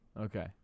Okay